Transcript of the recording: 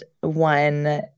one